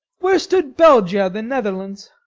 where stood belgia, the netherlands?